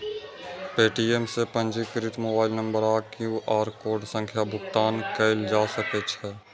Paytm सं पंजीकृत mobile number आ क्यू.आर कोड सं भुगतान कैल जा सकै छै